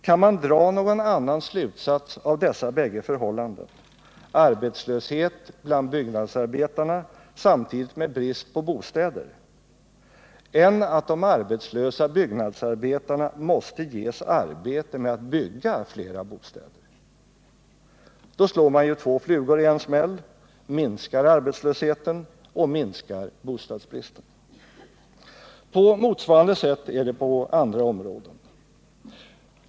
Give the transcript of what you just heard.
Kan man dra någon annan slutsats av dessa bägge förhållanden — arbetslöshet bland byggnadsarbetarna samtidigt med brist på bostäder — än att de arbetslösa byggnadsarbetarna måste ges arbete med att bygga fler bostäder? Då slår man ju två flugor i en smäll — man minskar arbetslösheten och man minskar bostadsbristen. På motsvarande sätt är det på andra områden.